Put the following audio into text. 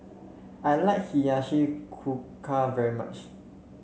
I like Hiyashi Chuka very much